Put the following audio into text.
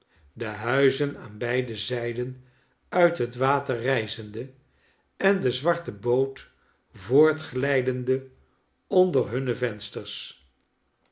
de huizen aan beide zijden uit het water rijzende en de zwarte boot voortglijdende onder hunne vensters